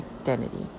identity